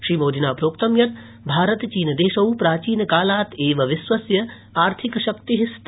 श्रीमोदिना प्रोक्तं यत् भारत चीन देशौ प्राचीन कालात् एव विश्वस्य आर्थिकशक्ति स्त